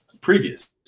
previous